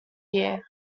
year